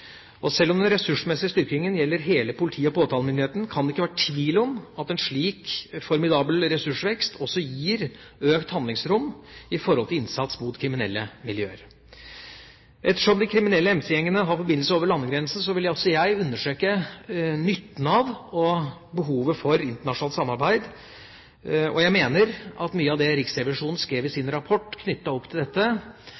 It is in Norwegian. Selv om den ressursmessige styrkingen gjelder hele politi- og påtalemyndigheten, kan det ikke være tvil om at en slik formidabel ressursvekst også gir økt handlingsrom for innsats mot kriminelle miljøer. Ettersom de kriminelle MC-gjengene har forbindelser over landegrensene, vil også jeg understreke nytten av og behovet for internasjonalt samarbeid. Jeg mener at mye av det Riksrevisjonen skrev i